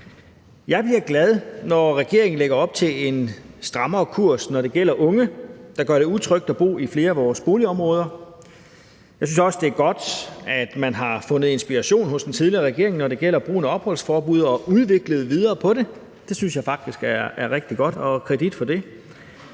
Jeg bliver glad, når regeringen lægger op til en strammere kurs, når det gælder unge, der gør det utrygt at bo i flere af vores boligområder. Jeg synes også, det er godt, at man har fundet inspiration hos den tidligere regering, når det gælder brugen af opholdsforbud, og har udviklet videre på det. Det synes jeg faktisk er rigtig godt – og kredit for det.